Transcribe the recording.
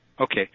Okay